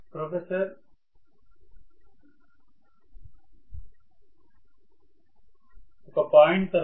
professor మరియు విద్యార్థి మధ్య సంభాషణ మొదలవుతుంది